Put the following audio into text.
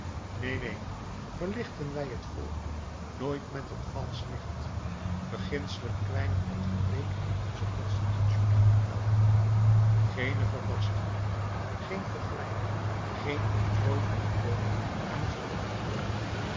neen neen verlichten wij het volk nooit met een valsch licht beginselen kwijnen en verbleeken in onzen constitutioneelen kelder geene verbastering geen vergelijk geen octrooi van den koning aan het volk